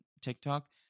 tiktok